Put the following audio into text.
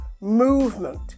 movement